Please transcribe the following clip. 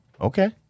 Okay